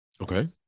Okay